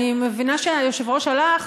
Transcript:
אני מבינה שהיושב-ראש הלך,